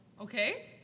Okay